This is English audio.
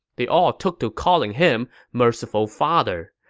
they all took to calling him merciful father.